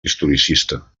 historicista